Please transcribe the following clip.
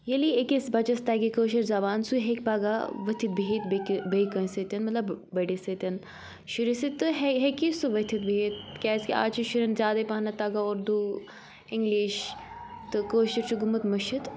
ییٚلی أکِس بَچَس تَگہِ کٲشِر زبان سُہ ہیٚکہِ پَگاہ ؤتھِتھ بِہِتھ بیٚکہِ بیٚیہِ کٲنٛسہِ سۭتٮ۪ن مطلب بٔڈِس سۭتٮ۪ن شُرِس سۭتۍ تہٕ ہیٚکی سُہ ؤتھِتھ بِہِتھ کیٛازِکہِ اَز چھُ شُرٮ۪ن زیادَے پَہمتھ تَگان اُردوٗ اِنٛگلِش تہٕ کٲشُر چھُ گوٚمُت مٔشِتھ